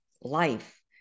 life